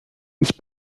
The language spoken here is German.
ich